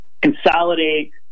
consolidate